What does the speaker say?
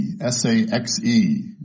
S-A-X-E